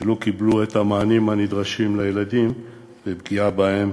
לא קיבלו את המענים הנדרשים להם ומקרים של פגיעה קשה בהם,